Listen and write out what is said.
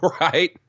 right